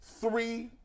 Three